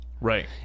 Right